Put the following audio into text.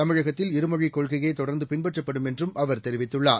தமிழகத்தில் இருமொழிக் கொள்கையே தொடர்ந்து பின்பற்றப்படும் என்றும் அவர் தெரிவித்துள்ளார்